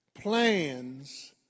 plans